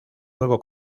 nuevo